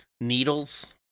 needles